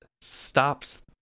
stops